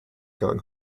going